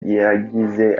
yagize